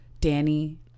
Danny